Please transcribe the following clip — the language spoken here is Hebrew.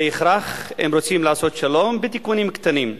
זה הכרח, אם רוצים לעשות שלום, בתיקונים קטנים,